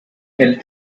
held